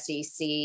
SEC